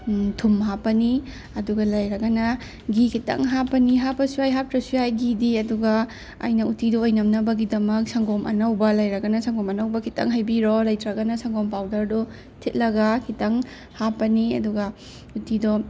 ꯊꯨꯝ ꯍꯥꯞꯄꯅꯤ ꯑꯗꯨꯒ ꯂꯩꯔꯒꯅ ꯘꯤ ꯈꯤꯇꯪ ꯍꯥꯞꯄꯅꯤ ꯍꯥꯞꯄꯁꯨ ꯌꯥꯏ ꯍꯥꯞꯇ꯭ꯔꯁꯨ ꯌꯥꯏ ꯘꯤꯗꯤ ꯑꯗꯨꯒ ꯑꯩꯅ ꯎꯠꯇꯤꯗꯣ ꯑꯣꯏꯅꯝꯅꯕꯒꯤꯗꯃꯛ ꯁꯪꯒꯣꯝ ꯑꯅꯧꯕ ꯂꯩꯔꯒꯅ ꯁꯪꯒꯣꯝ ꯑꯅꯧꯕ ꯈꯤꯇꯪ ꯍꯩꯕꯤꯔꯣ ꯂꯩꯇ꯭ꯔꯒꯅ ꯁꯪꯒꯣꯝ ꯄꯥꯎꯗꯔꯗꯣ ꯊꯤꯠꯂꯒ ꯈꯤꯇꯪ ꯍꯥꯞꯄꯅꯤ ꯑꯗꯨꯒ ꯎꯠꯇꯤꯗꯣ